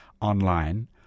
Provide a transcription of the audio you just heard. online